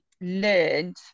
learned